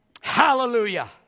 Hallelujah